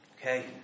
okay